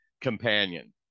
companion